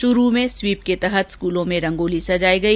चूरू में स्वीप के तहत स्कूलों में रंगोली सजाई गई